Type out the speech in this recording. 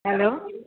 hello